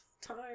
time